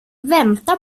väntar